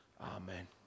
Amen